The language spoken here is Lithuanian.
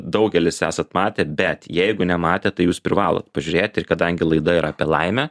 daugelis esat matę bet jeigu nematėt tai jūs privalot pažiūrėt ir kadangi laida yra apie laimę